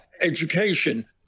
education